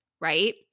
right